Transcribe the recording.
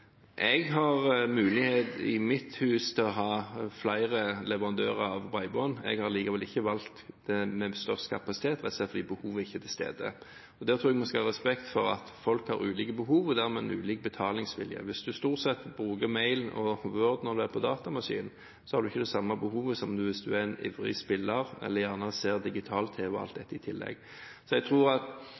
Jeg har i mitt hus mulighet til å ha flere leverandører av bredbånd. Jeg har likevel ikke valgt det med størst kapasitet, rett og slett fordi behovet ikke er til stede. Jeg tror vi skal ha respekt for at folk har ulike behov og dermed en ulik betalingsvilje. Hvis en stort sett bruker mail og Word når en er på datamaskinen, har en ikke det samme behovet som hvis en er en ivrig spiller eller gjerne ser på digital-tv – alt dette – i tillegg. Jeg tror at